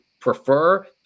prefer